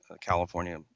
California